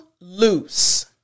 loose